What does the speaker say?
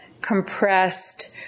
compressed